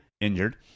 injured